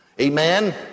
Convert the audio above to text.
Amen